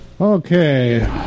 Okay